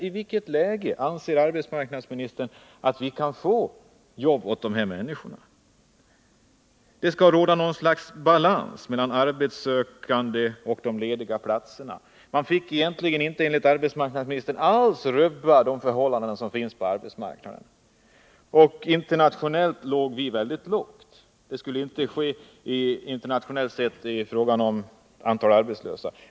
I vilket läge anser arbetsmarknadsministern att vi kan få jobb åt alla dessa människor? Det skall råda något slags balans mellan arbetssökande och lediga platser. Men vi kan inte rubba de förhållanden som finns på arbetsmarknaden, och med internationella mått så ligger vi lågt i fråga om antalet arbetslösa enligt arbetsmarknadsministern.